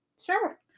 Sure